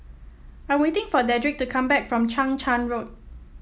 I'm waiting for Dedric to come back from Chang Charn Road